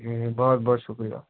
جی بہت بہت شکریہ